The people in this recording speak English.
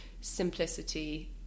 simplicity